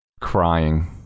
crying